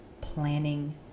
planning